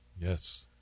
Yes